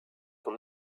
son